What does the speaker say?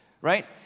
right